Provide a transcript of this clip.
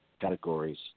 categories